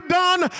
done